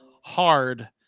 hard